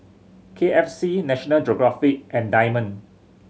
K F C National Geographic and Diamond